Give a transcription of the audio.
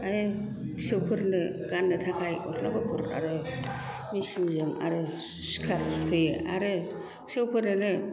आरो फिसौफोरनो गाननो थाखाय गस्ला गुफुर आरो मेसिन जों आरो स्कार्ट सुयो आरो फिसौफोरनोनो